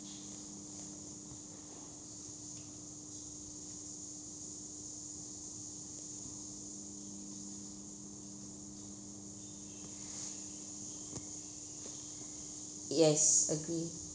yes agree